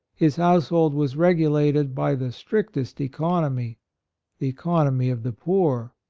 his household was regulated by the strictest economy economy of the poor.